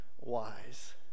wise